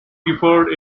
gifford